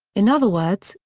in other words,